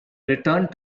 returned